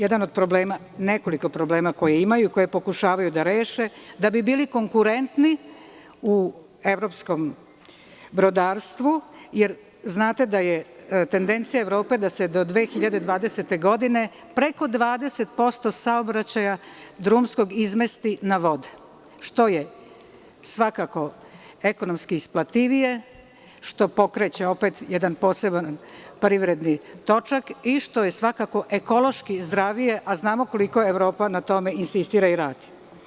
Nekoliko problema koje imaju, koje pokušavaju da reše, da bi bili konkurentni u evropskom brodarsku, jer znate da je tendencija Evrope da se do 2020. godine preko 20% saobraćaja drumskog izmesti na vode, što je svako ekonomski isplativije, što pokreće jedan poseban privredni točak i što je svakako ekološki zdravije, a znamo koliko Evropa na tome insistira i radi.